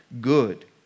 good